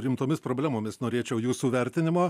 rimtomis problemomis norėčiau jūsų vertinimo